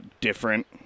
different